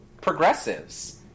progressives